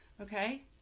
Okay